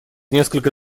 несколько